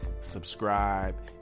subscribe